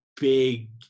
big